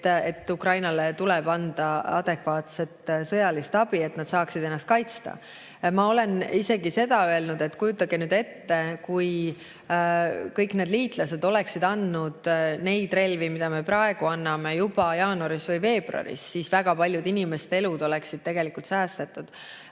et Ukrainale tuleb anda adekvaatset sõjalist abi, et nad saaksid ennast kaitsta. Ma olen isegi seda öelnud, et kujutage ette, kui kõik liitlased oleksid andnud neid relvi, mida me praegu anname, juba jaanuaris või veebruaris – väga paljude inimeste elu oleks säästetud.